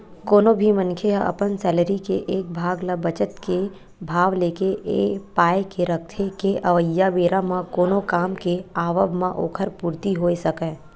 कोनो भी मनखे ह अपन सैलरी के एक भाग ल बचत के भाव लेके ए पाय के रखथे के अवइया बेरा म कोनो काम के आवब म ओखर पूरति होय सकय